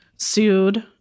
sued